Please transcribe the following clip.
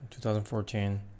2014